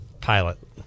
pilot